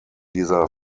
dieser